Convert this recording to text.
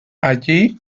allí